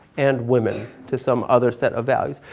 and women to some other set of values.